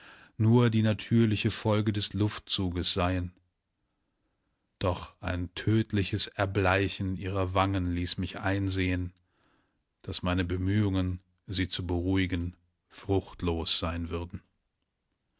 nur die natürliche folge des luftzuges seien doch ein tödliches erbleichen ihrer wangen ließ mich einsehen daß meine bemühungen sie zu beruhigen fruchtlos sein würden